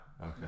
Okay